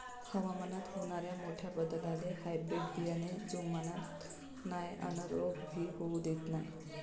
हवामानात होनाऱ्या मोठ्या बदलाले हायब्रीड बियाने जुमानत नाय अन रोग भी होऊ देत नाय